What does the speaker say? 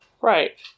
Right